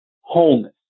wholeness